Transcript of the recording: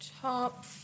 Top